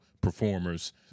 performers